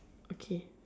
okay